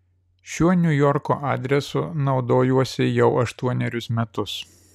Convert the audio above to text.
šiuo niujorko adresu naudojuosi jau aštuonerius metus